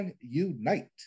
Unite